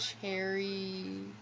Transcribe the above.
cherry